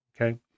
Okay